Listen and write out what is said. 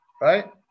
Right